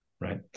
Right